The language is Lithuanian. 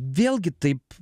vėlgi taip